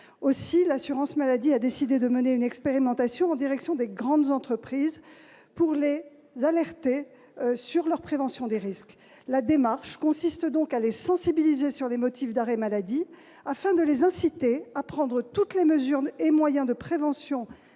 Aussi l'assurance maladie a-t-elle décidé de mener une expérimentation en direction des grandes entreprises, pour les alerter sur leur prévention des risques. La démarche consiste à sensibiliser ces entreprises sur les motifs d'arrêt maladie, afin, d'une part, de les inciter à prendre toutes les mesures et les moyens de prévention